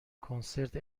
کنسرت